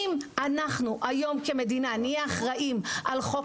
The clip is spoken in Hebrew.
אם אנחנו היום כמדינה נהיה אחראים על חוק